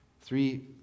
three